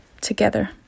together